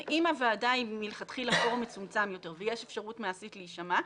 אם הוועדה היא מלכתחילה פורום מצומצם יותר ויש אפשרות מעשית להישמע,